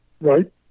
right